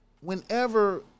whenever